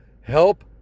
help